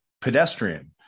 pedestrian